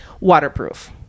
waterproof